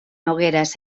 hogueras